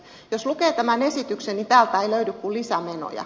jos lukee tämän esityksen niin täältä ei löydy kuin lisämenoja